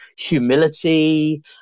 Humility